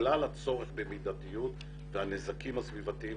בגלל הצורך במידתיות והנזקים הסביבתיים